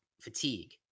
fatigue